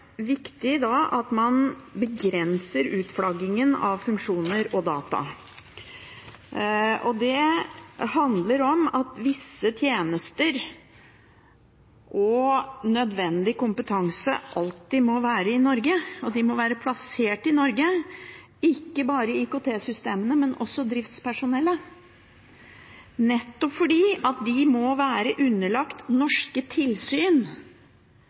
viktig at man begrenser utflaggingen av funksjoner og data. Det handler om at visse tjenester og nødvendig kompetanse alltid må være plassert i Norge – ikke bare IKT-systemene, men også driftspersonellet – nettopp fordi de må være underlagt norske tilsyn